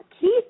Keith